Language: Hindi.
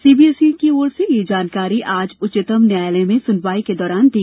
सीबीएसई की ओर से ये जानकारी आज उच्चतम न्यायालय में सुनवाई के दौरान दी